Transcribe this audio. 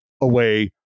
away